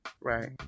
Right